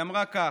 היא אמרה כך: